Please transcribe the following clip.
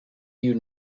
you